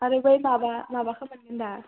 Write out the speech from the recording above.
आरो बै माबा माबा खामानि मोन्दा